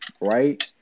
right